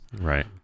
Right